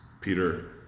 Peter